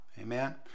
Amen